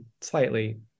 slightly